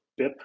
BIP